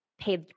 pay